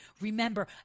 Remember